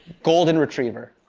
golden retriever.